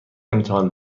امتحان